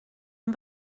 een